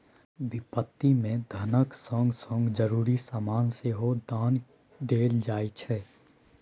बिपत्ति मे धनक संग संग जरुरी समान सेहो दान देल जाइ छै